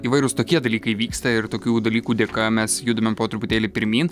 įvairūs tokie dalykai vyksta ir tokių dalykų dėka mes judame po truputėlį pirmyn